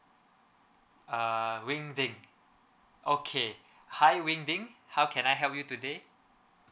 uh wing ting okay hi wing ting how can I help you today